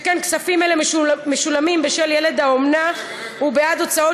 שכן כספים אלה משולמים בשל ילד האומנה ובעד ההוצאות